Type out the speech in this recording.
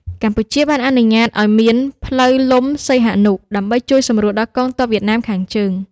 កម្ពុជាបានអនុញ្ញាតឱ្យមាន "ផ្លូវលំសីហនុ" ដើម្បីជួយសម្រួលដល់កងទ័ពវៀតណាមខាងជើង។